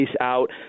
out